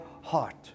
heart